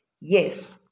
Yes